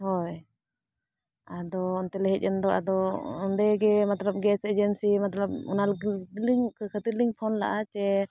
ᱦᱳᱭ ᱟᱫᱚ ᱚᱱᱛᱮ ᱞᱮ ᱦᱮᱡ ᱮᱱ ᱫᱚ ᱟᱫᱚ ᱚᱸᱰᱮ ᱜᱮ ᱢᱚᱛᱞᱚᱵ ᱜᱮᱥ ᱮᱡᱮᱱᱥᱤ ᱢᱚᱛᱚᱵ ᱚᱱᱟ ᱞᱟᱹᱜᱤᱫ ᱞᱤᱧ ᱠᱟᱹᱴᱤᱡ ᱞᱤᱧ ᱯᱷᱳᱱ ᱞᱟᱜᱼᱟ ᱡᱮ